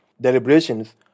deliberations